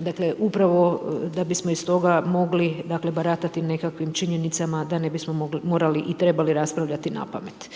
dakle upravo da bismo iz toga mogli baratati nekakvim činjenicama da ne bismo morali i trebali raspravljati napamet.